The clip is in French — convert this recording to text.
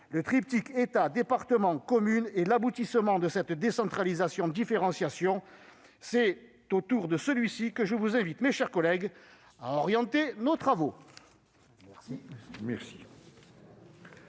Le triptyque État-département-commune est l'aboutissement de cette décentralisation-différenciation. C'est autour de ce triptyque que je vous invite, mes chers collègues, à orienter nos travaux.